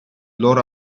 loro